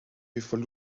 before